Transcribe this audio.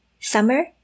Summer